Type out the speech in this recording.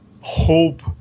hope